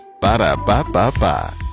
Ba-da-ba-ba-ba